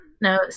No